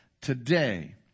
today